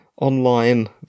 online